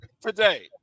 today